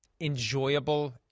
enjoyable